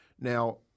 Now